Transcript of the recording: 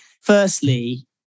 Firstly